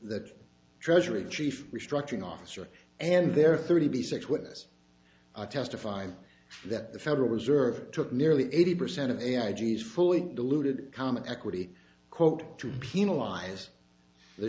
the treasury chief restructuring officer and their thirty six witness testified that the federal reserve took nearly eighty percent of a i g's fully diluted common equity quote to penalize the